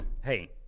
hey